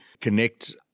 connect